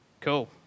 Cool